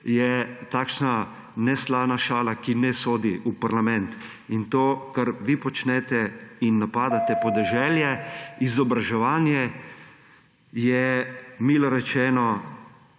je takšna neslana šala, ki ne sodi v parlament. In to, kar vi počnete in napadate podeželje, izobraževanje, je milo rečeno,